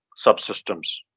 subsystems